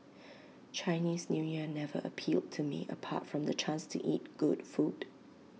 Chinese New Year never appealed to me apart from the chance to eat good food